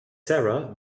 sarah